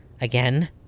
Again